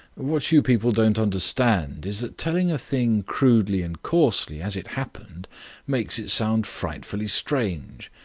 what you people don't understand is that telling a thing crudely and coarsely as it happened makes it sound frightfully strange.